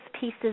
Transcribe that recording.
pieces